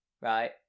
Right